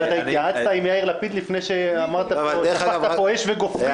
התייעצת עם יאיר לפיד לפני שהעלית פה אש וגופרית?